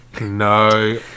No